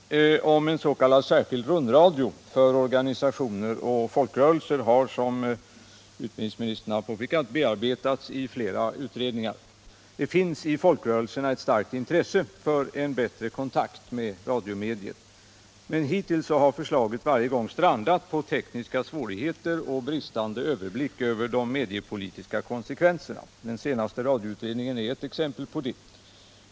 Herr talman! Idén om en s.k. särskild rundradio för organisationer och folkrörelser har, som utbildningsministern påpekat, bearbetats i flera utredningar. Det finns i folkrörelserna ett starkt intresse för en bättre kontakt med radiomediet. Men hittills har förslaget varje gång strandat på tekniska svårigheter och bristande överblick över de mediepolitiska konsekvenserna. Den senaste radioutredningen är ett exempel på det.